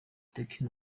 tecno